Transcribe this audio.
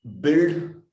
build